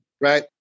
right